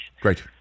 Great